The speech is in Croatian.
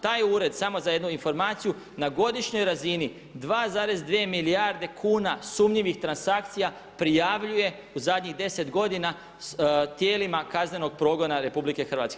Taj ured samo za jednu informaciju na godišnjoj razini 2,2 milijarde kuna sumnjivih transakcija prijavljuje u zadnjih 10 godina tijelima kaznenog progona RH.